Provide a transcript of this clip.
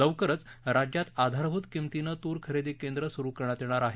लवकरच राज्यात आधारभूत किंमतीनं तूर खरेदी केंद्र सुरु करण्यात येणार आहे